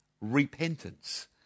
repentance